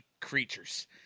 creatures